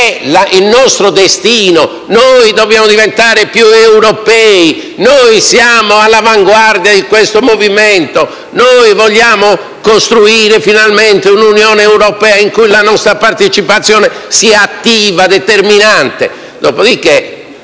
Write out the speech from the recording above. il nostro destino, ripetendo frasi come: «dobbiamo diventare più europei», «noi siamo all'avanguardia di questo movimento», «noi vogliamo costruire finalmente un'Unione europea in cui la nostra partecipazione sia attiva e determinante».